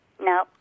No